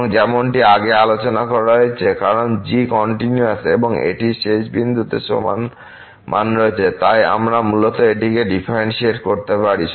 এবং যেমনটি আগে আলোচনা করা হয়েছে কারণ g কন্টিনিউয়াস এবং এটির শেষ বিন্দুতে সমান মান রয়েছে তাই আমরা মূলত এটিকে ডিফারেন্টশিয়েট করতে পারি